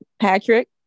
Patrick